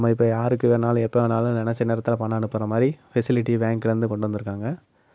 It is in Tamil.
நம்ம இப்போ யாருக்கு வேணும்னாலும் எப்போ வேணும்னாலும் நினச்ச நேரத்தில் பணம் அனுப்புற மாதிரி ஃபெசிலிட்டி பேங்க்லேருந்து கொண்டு வந்திருக்காங்க